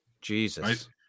Jesus